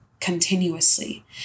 continuously